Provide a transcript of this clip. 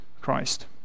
Christ